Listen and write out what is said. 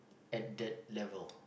at that level